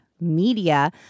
Media